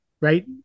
right